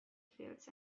fields